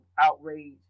outrage